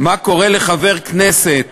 מה קורה לחבר כנסת